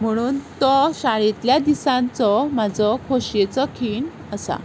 म्हणून तो शाळेंतल्या दिसांचो म्हाजो खोशयेचो खीण आसा